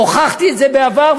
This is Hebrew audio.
הוכחתי את זה בעבר,